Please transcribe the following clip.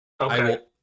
Okay